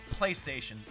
PlayStation